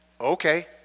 okay